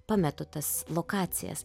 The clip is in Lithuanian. pametu tas lokacijas